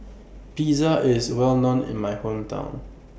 Pizza IS Well known in My Hometown